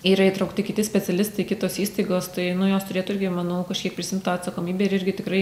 yra įtraukti kiti specialistai kitos įstaigos tai nu jos turėtų irgi manau kažkiek prisiimt tą atsakomybę ir irgi tikrai